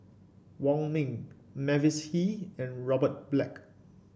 Wong Ming Mavis Hee and Robert Black